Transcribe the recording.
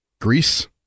Greece